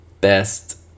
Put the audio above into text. best